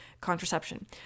contraception